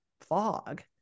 fog